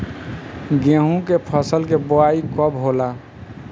गेहूं के फसल के बोआई कब होला?